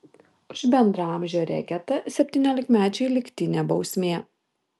už bendraamžio reketą septyniolikmečiui lygtinė bausmė